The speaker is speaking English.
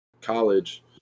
college